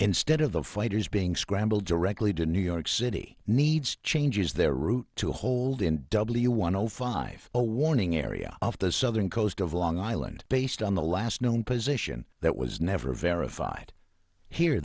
instead of the fighters being scrambled directly to new york city needs changes their route to hold in w one o five a warning area off the southern coast of long island based on the last known position that was never verified here